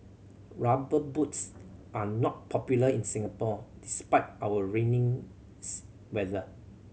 Rubber Boots are not popular in Singapore despite our raining weather